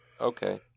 Okay